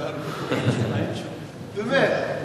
באמת.